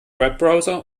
webbrowser